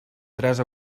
tres